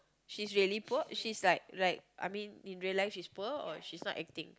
she's really poor she's like like I mean in real life she's poor or she's not acting